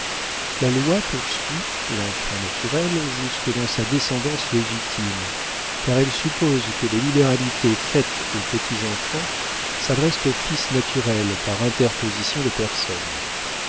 la loi poursuit l'enfant naturel jusque dans sa descendance légitime car elle suppose que les libéralités faites aux petits-enfants s'adressent au fils naturel par interposition de personne